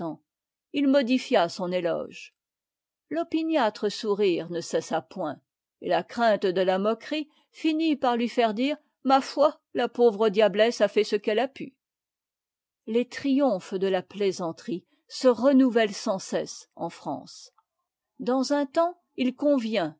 il modifia son éloge l'opiniâtre sourire ne cessa point et la crainte de la moquerie finit par lui faire dire ybf la pam re diablesse a fait ce qu'elle a pu les triomphes de la plaisanterie se renouvellent sans cesse en france dans un temps il convient